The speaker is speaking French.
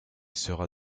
sera